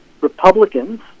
republicans